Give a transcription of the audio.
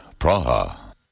Praha